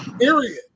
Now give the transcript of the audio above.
Period